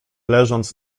leżąc